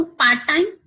part-time